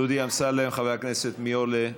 דודי אמסלם, חבר הכנסת, מי עולה?